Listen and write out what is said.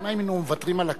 אם היינו מוותרים על הכבוד,